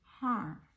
harm